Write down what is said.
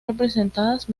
representadas